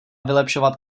vylepšovat